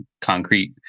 concrete